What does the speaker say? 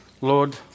Lord